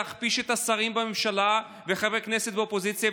להכפיש את השרים בממשלה וחברי הכנסת באופוזיציה,